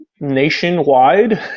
Nationwide